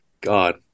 God